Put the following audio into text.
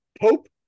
Pope